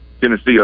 Tennessee